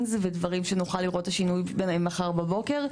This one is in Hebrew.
ודברים שנוכל לראות את השינוי מחר בבוקר.